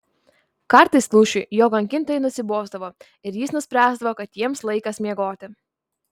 kartais lūšiui jo kankintojai nusibosdavo ir jis nuspręsdavo kad jiems laikas miegoti